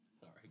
Sorry